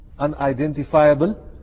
Unidentifiable